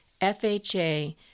FHA –